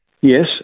Yes